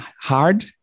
hard